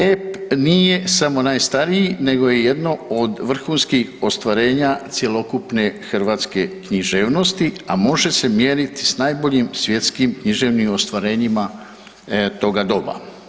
Ep nije samo najstariji nego je jedno od vrhunskih ostvarenja cjelokupne hrvatske književnosti a može se mjeriti sa najboljim svjetskim književnim ostvarenjima toga doba.